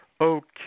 Okay